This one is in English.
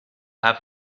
have